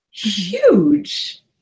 Huge